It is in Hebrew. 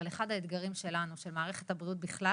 אבל אחד האתגרים שלנו ושל מערכת הבריאות בכלל